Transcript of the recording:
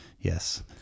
Yes